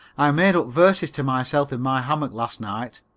i made up verses to myself in my hammock last night.